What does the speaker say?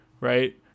right